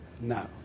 No